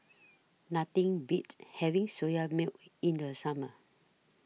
Nothing Beats having Soya Milk in The Summer